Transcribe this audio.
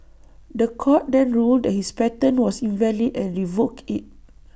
The Court then ruled that his patent was invalid and revoked IT